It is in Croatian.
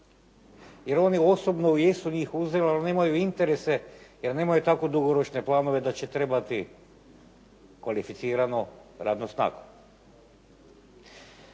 Jer osobno jesu njih uzeli ali nemaju interese jer nemaju tako dugoročne planove da će trebati kvalificiranu radnu snagu.